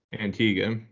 Antigua